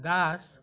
Das